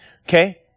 Okay